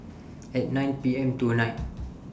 At nine P M tonight